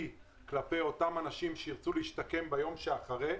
כלפי אותם אנשים שירצו להשתקם ביום שאחרי,